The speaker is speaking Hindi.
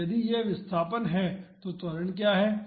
तो यदि यह विस्थापन है तो त्वरण क्या है